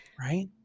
Right